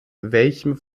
welchem